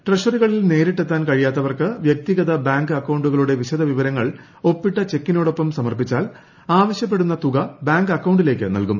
ട്രഷറികളിൽ നേരിട്ടെത്താൻ കഴിയാത്തവർക്ക് വൃക്തിഗത ബാങ്ക് അക്കൌണ്ടുകളുടെ വിശദവിവരങ്ങൾ ഒപ്പിട്ട ചെക്കിനോടൊപ്പം സമർപ്പിച്ചാൽ ആവശ്യപ്പെടുന്ന തുക ബാങ്ക് അക്കൌണ്ടിലേക്ക് നൽകും